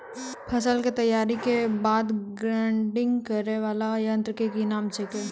फसल के तैयारी के बाद ग्रेडिंग करै वाला यंत्र के नाम की छेकै?